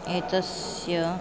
एतस्य